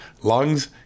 lungs